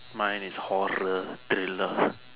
mine is horror thriller